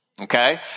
Okay